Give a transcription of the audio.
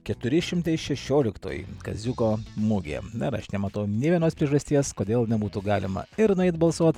keturi šimtai šešioliktoji kaziuko mugė na ir aš nematau nė vienos priežasties kodėl nebūtų galima ir nueit balsuot